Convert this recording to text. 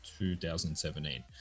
2017